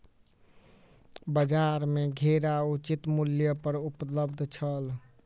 बजार में घेरा उचित मूल्य पर उपलब्ध छल